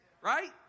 Right